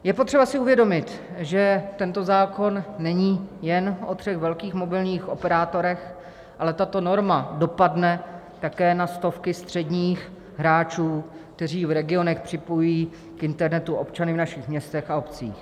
Je potřeba si uvědomit, že tento zákon není jen o třech velkých mobilních operátorech, ale tato norma dopadne také na stovky středních hráčů, kteří v regionech připojují k internetu občany v našich městech a obcích.